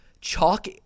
chalk